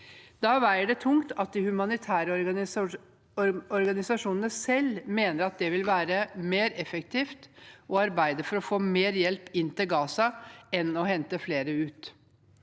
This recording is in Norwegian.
Da veier det tungt at de humanitære organisasjonene selv mener at det vil være mer effektivt å arbeide for å få mer hjelp inn til Gaza enn å hente flere ut.